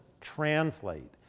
translate